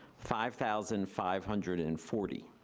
five thousand five hundred and forty.